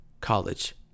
college